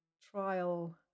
trial